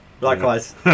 Likewise